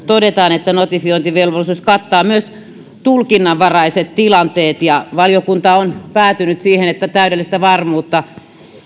todetaan että notifiointivelvollisuus kattaa myös tulkinnanvaraiset tilanteet ja valiokunta on päätynyt siihen että täydellistä varmuutta